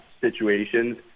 situations